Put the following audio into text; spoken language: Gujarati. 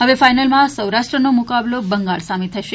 હવે ફાઇનલમાં સૌરાષ્ટ્રનો મુકાબલો બંગાળ સામે થશે